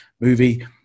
movie